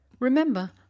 Remember